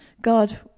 God